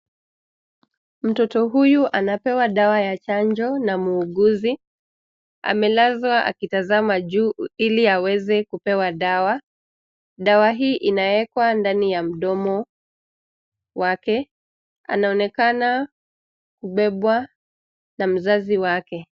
Mtoto huyu anapewa dawa ya chanjo na muuguzi, amelazwa akitazama juu ili aweze kupewa dawa. Dawa hii inawekwa ndani ya mdomo wake, anaonekana kubebwa na mzazi wake.